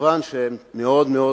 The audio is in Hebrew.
מובן שהם מאוד מאוד